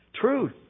Truth